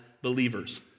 Believers